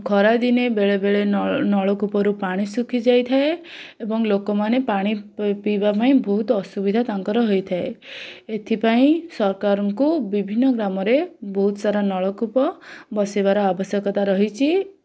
ଖରାଦିନେ ବେଳେବେଳେ ନଳ ନଳକୂପରୁ ପାଣି ଶୁଖିଯାଇଥାଏ ଏବଂ ଲୋକମାନେ ପାଣି ପିଇବା ପାଇଁ ବହୁତ ଅସୁବିଧା ତାଙ୍କର ହୋଇଥାଏ ଏଥିପାଇଁ ସରକାରଙ୍କୁ ବିଭିନ୍ନ ଗ୍ରାମରେ ବହୁତ ସାରା ନଳକୂପ ବସେଇବାର ଆବଶ୍ୟକତା ରହିଛି